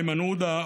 איימן עודה,